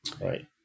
Right